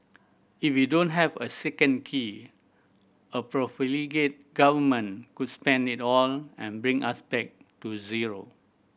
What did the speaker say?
if we don't have a second key a profligate Government could spend it all and bring us back to zero